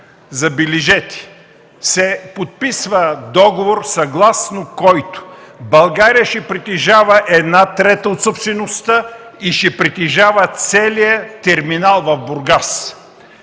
забележете, се подписва договор, съгласно който България ще притежава една трета от собствеността и целия терминал в Бургас.